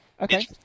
Okay